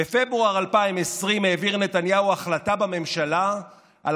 בפברואר 2020 העביר נתניהו החלטה בממשלה על